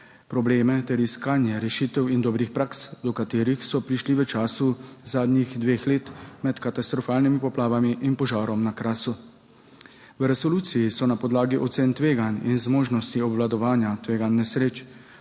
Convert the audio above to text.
probleme ter iskanje rešitev in dobrih praks, do katerih so prišli v času zadnjih dveh let med katastrofalnimi poplavami in požarom na Krasu. V resoluciji so na podlagi ocen tveganj in zmožnosti obvladovanja tveganj nesreč,